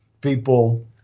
people